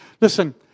Listen